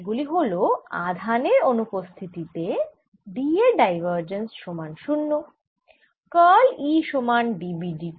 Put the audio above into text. এগুলি হল আধানের অনুপস্থিতি তে D এর ডাইভার্জেন্স সমান 0 কার্ল E সমান d b by d t